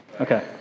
Okay